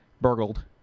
burgled